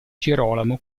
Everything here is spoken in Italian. gerolamo